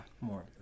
more